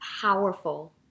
powerful